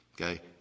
Okay